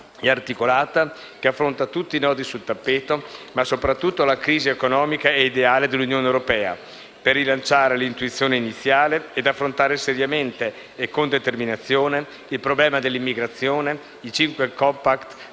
e articolata che affronta tutti i nodi sul tappeto, ma soprattutto la crisi economica e ideale dell'Unione europea, per rilanciare l'intuizione iniziale e affrontare seriamente e con determinazione il problema dell'immigrazione, i cinque *compact*